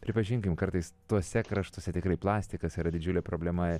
pripažinkim kartais tuose kraštuose tikrai plastikas yra didžiulė problema